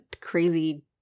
crazy